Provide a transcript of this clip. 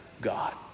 God